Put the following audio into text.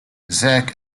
zach